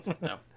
No